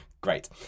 Great